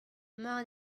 mar